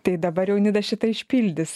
tai dabar jau nida šitą išpildys